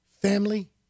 family